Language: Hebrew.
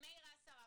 מאיר,